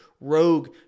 rogue